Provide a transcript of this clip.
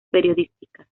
periodísticas